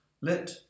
let